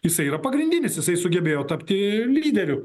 jisai yra pagrindinis jisai sugebėjo tapti lyderiu